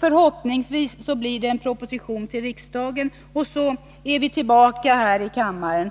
Förhoppningsvis blir det en proposition till riksdagen, och så är vi tillbaka här i kammaren.